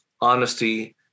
honesty